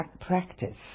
practice